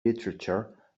literature